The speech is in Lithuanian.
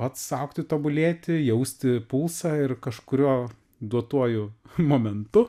pats augti tobulėti jausti pulsą ir kažkuriuo duotuoju momentu